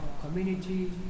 community